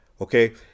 Okay